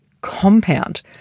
compound